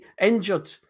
injured